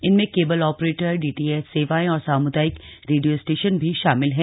इनमें cable operator DTH सेवाएं और साम्दायिक रेडिया स्टेशन भी शामिल हैं